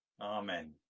Amen